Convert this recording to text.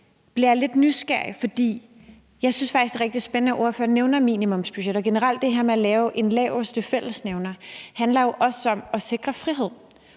bliver jeg lidt nysgerrig. Jeg synes faktisk, det er rigtig spændende, at ordføreren nævner minimumsbudgetter. Generelt handler det her med at lave en laveste fællesnævner jo også om at sikre frihed